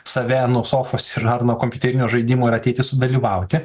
save nuo sofos ir ar nuo kompiuterinio žaidimo ir ateiti sudalyvauti